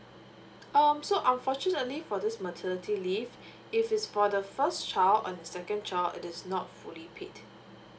um so unfortunately for this maternity leave if it's for the first child and the second child it is not fully paid